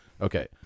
Okay